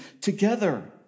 together